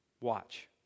Watch